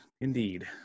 Indeed